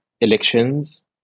elections